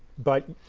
but